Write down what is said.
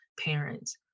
parents